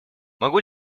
могу